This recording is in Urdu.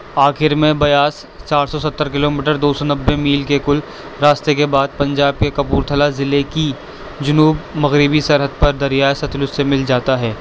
آخر میں بیاس چار سو ستّر کلو میٹر دو سو نبے میل کے کل راستے کے بعد پنجاب کے کپورتھلا ضلعے کی جنوب مغربی سرحد پر دریائے ستلج سے مل جاتا ہے